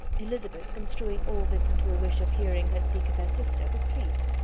elizabeth, construing all this into a wish of hearing her speak of her sister, was pleased,